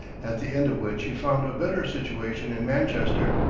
at the end of which he found a better situation in manchester,